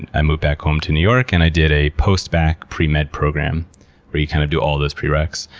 and i moved back home to new york and i did a post-bacc, pre-med program where you kind of do all those pre-reqs.